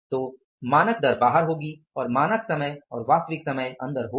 तो मानक दर बाहर होगी और मानक समय और वास्तविक समय अंदर होगा